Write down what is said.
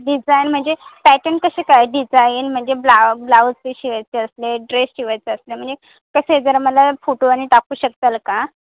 design म्हणजे pattern कसे काय आहे डिझाईन म्हणजे ब्ला ब्लाऊज बी शिवायचे असले ड्रेस शिवायचं असले म्हणजे कसे आहेत जरा मला फोटो आणि टाकू शकता का